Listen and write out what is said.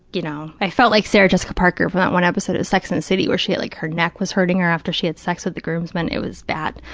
you know, i felt like sarah jessica parker from that one episode of sex and the city where she like, her neck was hurting her after she had sex with a groomsman, it was that.